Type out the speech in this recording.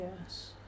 Yes